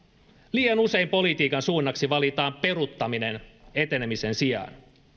liian usein politiikan suunnaksi valitaan peruuttaminen etenemisen sijaan